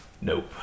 Nope